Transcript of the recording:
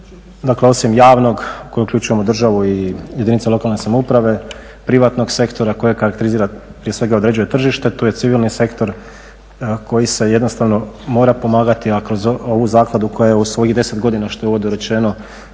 Dakle, osim javnog u kojeg uključujemo državu i jedinice lokalne samouprave privatnog sektora kojeg karakterizira, prije svega određuje tržište, tu je civilni sektor koji se jednostavno mora pomagati, a kroz ovu zakladu koja je u svojih 10 godina što je u uvodu rečeno